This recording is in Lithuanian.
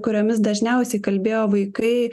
kuriomis dažniausiai kalbėjo vaikai